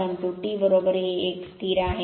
परंतु T हे एक स्थिर आहे